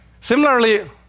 Similarly